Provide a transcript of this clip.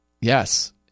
Yes